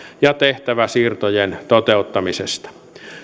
ja tehtäväsiirtojen toteuttamisesta